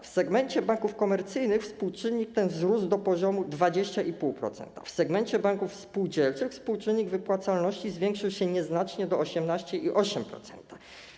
W segmencie banków komercyjnych współczynnik ten wzrósł do poziomu 20,5%; w segmencie banków spółdzielczych współczynnik wypłacalności zwiększył się nieznacznie do 18,8%.